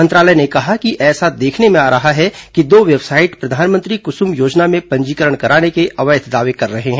मंत्रालय ने कहा है कि ऐसा देखने में आ रहा है कि दो वेबसाइट प्रधानमंत्री कुसुम योजना में पंजीकरण कराने के अवैध दावे कर रहे हैं